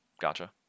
gotcha